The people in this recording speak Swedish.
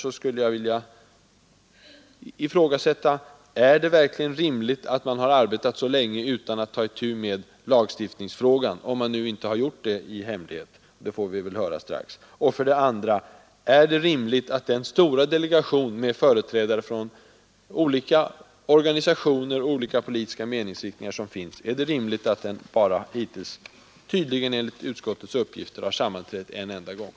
Jag vill ifrågasätta, om det verkligen är rimligt att arbeta så länge utan att ta itu med lagstiftningsfrågan, om man nu inte har gjort det i hemlighet — vi får väl höra det strax. Är det vidare rimligt att den stora delegationen med företrädare för olika organisationer och olika politiska meningsriktningar enligt utskottets uppgifter tydligen hittills bara har sammanträtt en enda gång?